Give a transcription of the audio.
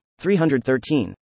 313